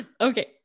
Okay